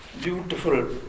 beautiful